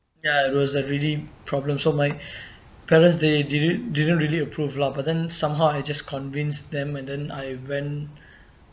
ya it was a really big problem so my parents they didn't didn't really approve lah but then somehow I just convinced them and then I went